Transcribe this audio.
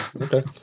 Okay